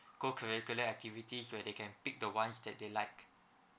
cocurricular activities so they can pick the ones that they like